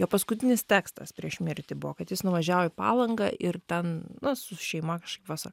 jo paskutinis tekstas prieš mirtį buvo kad jis nuvažiavo į palangą ir ten na su šeima kažkaip vasa